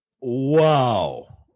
Wow